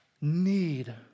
need